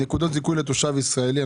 להיות של המדינה ועל זרועותיה השונות.